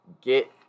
get